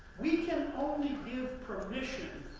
we can only give permission,